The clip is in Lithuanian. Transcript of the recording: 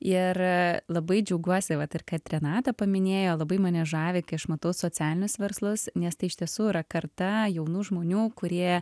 ir labai džiaugiuosi vat ir kad renata paminėjo labai mane žavi kai aš matau socialinius verslus nes tai iš tiesų yra karta jaunų žmonių kurie